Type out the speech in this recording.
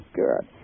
good